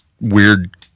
weird